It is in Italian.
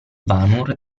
vanur